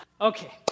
Okay